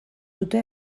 dute